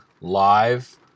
live